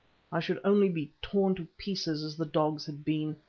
i should only be torn to pieces as the dogs had been.